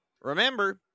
remember